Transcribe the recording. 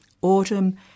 Autumn